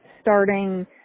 starting